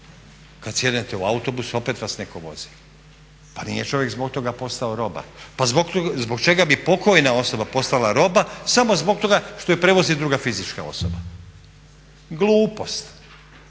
kad sjednete u autobus opet vas netko vozi, pa nije čovjek zbog toga posao roba? Pa zbog čega bi pokojna osoba postala roba samo zbog toga što je prevozi druga fizička osoba. Glupost,